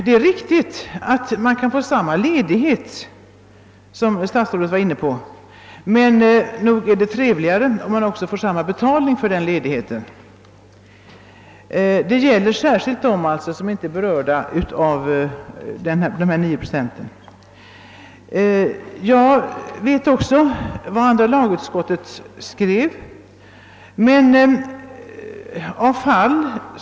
Det är riktigt att man, såsom statsrådet nämnde, kan få en motsvarande ledighet, men nog vore det trevligare om man också fick samma betalning för denna ledighet. Det gäller särskilt dem som inte berörs av bestämmelsen om 9 procent av årsinkomsten som semesterersättning. Även jag känner till vad andra lagutskottet skrev i denna fråga.